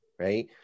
right